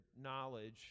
knowledge